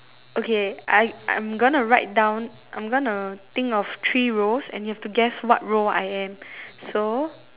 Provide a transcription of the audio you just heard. okay I I'm gonna write down I'm gonna think of three roles and you have to guess what role I am so